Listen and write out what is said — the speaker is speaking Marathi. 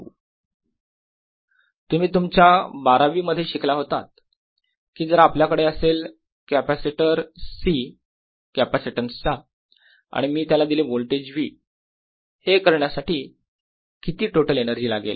W02E2dV dV तुम्ही तुमच्या बारावी मध्ये शिकला होतात की - जर आपल्याकडे असेल कॅपॅसिटर C कॅपॅसिटन्स चा आणि मी त्याला दिले व्होल्टेज V हे करण्यासाठी किती टोटल एनर्जी लागेल